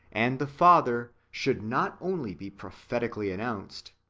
and the father, should not only be prophetically announced,